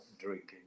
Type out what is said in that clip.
drinking